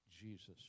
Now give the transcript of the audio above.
Jesus